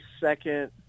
second